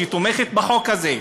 והיא תומכת בחוק הזה,